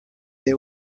they